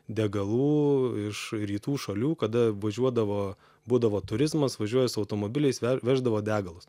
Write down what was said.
degalų iš rytų šalių kada važiuodavo būdavo turizmas važiuoja su automobiliais ve veždavo degalus